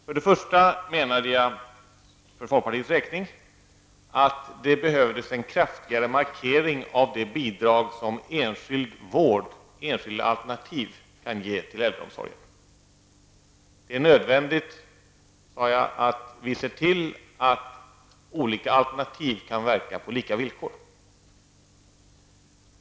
För det första menade jag, för folkpartiets räkning, att det behövdes en kraftigare markering av det bidrag som enskild vård, enskilda alternativ, kan ge till äldreomsorgen. Det är nödvändigt, sade jag, att vi ser till att olika alternativ kan verka på lika villkor.